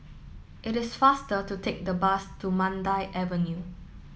it is faster to take the bus to Mandai Avenue